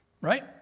Right